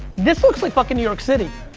this looks like fucking new york city.